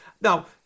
Now